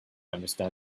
understand